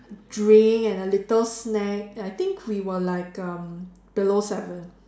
drink and a little snack and I think we were like um below seven